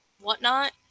whatnot